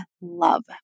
love